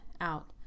out